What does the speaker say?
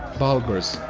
bulgars,